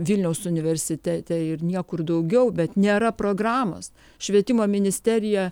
vilniaus universitete ir niekur daugiau bet nėra programos švietimo ministerija